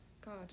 God